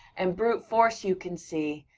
and brute force, you can see,